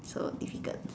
so difficult